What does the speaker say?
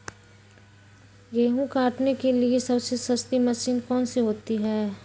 गेंहू काटने के लिए सबसे सस्ती मशीन कौन सी होती है?